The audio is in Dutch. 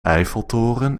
eiffeltoren